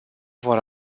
vor